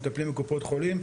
או מטפלים בקופות חולים,